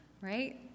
right